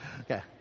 Okay